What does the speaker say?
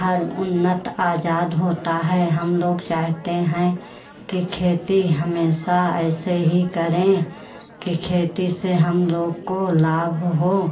हर उन्नत आज़ाद होता है हम लोग चाहते हैं कि खेती हमेशा ऐसे ही करें कि खेती से हम लोग को लाभ हो